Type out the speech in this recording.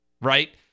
right